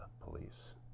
police